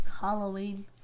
Halloween